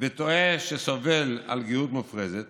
וטועה שסובל על גאות מופרזת